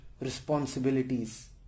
responsibilities